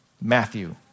Matthew